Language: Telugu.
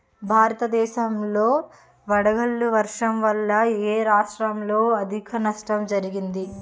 భారతదేశం లో వడగళ్ల వర్షం వల్ల ఎ రాష్ట్రంలో అధిక నష్టం జరిగింది?